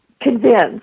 convinced